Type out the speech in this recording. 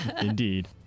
Indeed